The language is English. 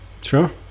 sure